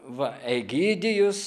va egidijus